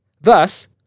Thus